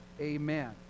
amen